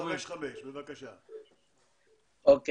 אנחנו בארץ פחות עסקנו במחקרים שקושרים את זיהום האוויר למחלות,